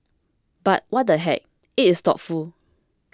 but what the heck it is thoughtful